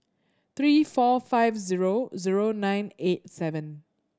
three four five zero zero nine eight seven